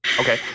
Okay